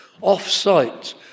off-site